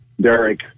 Derek